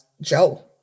Joe